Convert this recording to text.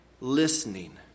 listening